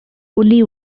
only